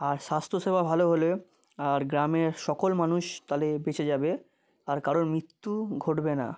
আর স্বাস্থ্য সেবা ভালো হলে আর গ্রামের সকল মানুষ তাহলে বেঁচে যাবে আর কারোর মৃত্যু ঘটবে না